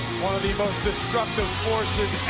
one of the most destructive forces